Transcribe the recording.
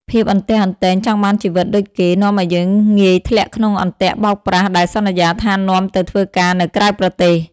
ភាពអន្ទះអន្ទែងចង់បានជីវិតដូចគេ នាំឱ្យយើងងាយធ្លាក់ក្នុងអន្ទាក់បោកប្រាស់ដែលសន្យាថានាំទៅធ្វើការនៅក្រៅប្រទេស។